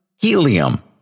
helium